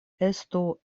estu